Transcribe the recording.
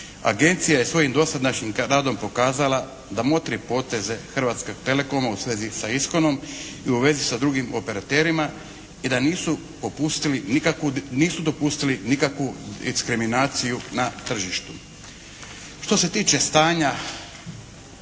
Agencija je svojim dosadašnjim radom pokazala da motri poteze Hrvatskog telekoma u svezi sa ISKON-om i u vezi sa drugim operaterima i da nisu popustili, i da nisu dopustili nikakvu